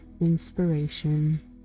inspiration